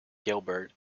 gilbert